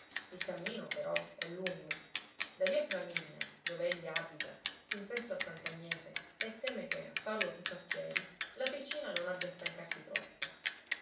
il cammino però è lungo da via flaminia dove egli abita fin presso a sant'agnese e teme che a farlo tutto a piedi la piccina non abbia a stancarsi troppo